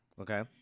Okay